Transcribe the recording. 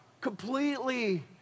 Completely